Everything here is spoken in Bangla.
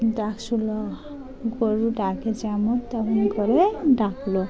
ডাকল গরু ডাকে যেমন তেমন করেরে ডাকল